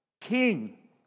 king